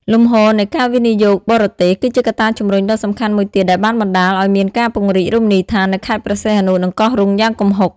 លំហូរនៃការវិនិយោគបរទេស គឺជាកត្តាជំរុញដ៏សំខាន់មួយទៀតដែលបានបណ្ដាលឲ្យមានការពង្រីករមណីយដ្ឋាននៅខេត្តព្រះសីហនុ និងកោះរ៉ុងយ៉ាងគំហុក។